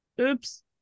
oops